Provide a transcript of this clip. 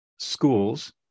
schools